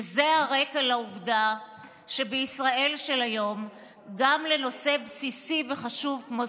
וזה הרקע לעובדה שבישראל של היום גם לנושא בסיסי וחשוב כמו